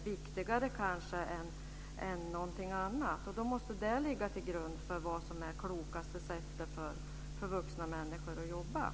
Det är detta som måste ligga till grund för vuxna människors sätt att arbeta med barn.